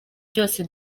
byose